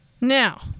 Now